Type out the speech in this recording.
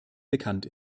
bekannt